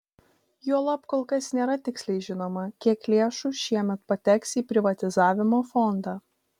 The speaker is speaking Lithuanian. juolab kol kas nėra tiksliai žinoma kiek lėšų šiemet pateks į privatizavimo fondą